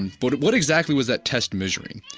and but what exactly was that test measuring,